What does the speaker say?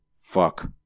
fuck